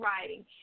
writing